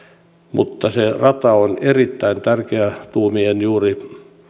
mutta se rata on erittäin tärkeä tuumittaessa